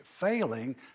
Failing